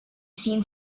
seen